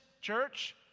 church